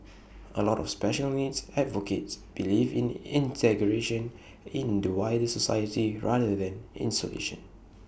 A lot of special needs advocates believe in integration in the wider society rather than isolation